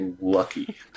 Lucky